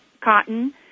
cotton